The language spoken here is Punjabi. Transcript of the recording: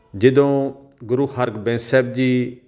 ਜਦੋਂ ਗੁਰੂ ਹਰਗੋਬਿੰਦ ਸਾਹਿਬ ਜੀ